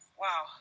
Wow